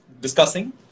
discussing